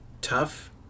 Tough